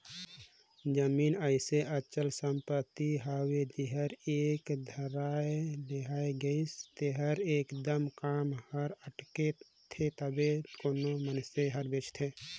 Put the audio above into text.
जमीन अइसे अचल संपत्ति हवे जेहर एक धाएर लेहाए गइस तेकर एकदमे काम हर अटकथे तबेच कोनो मइनसे हर बेंचथे